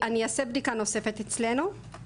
שהיא אקטיביסטית בנושא וזה גם בנשמתה,